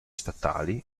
statali